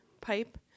pipe